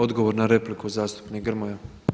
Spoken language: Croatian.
Odgovor na repliku zastupnik Grmoja.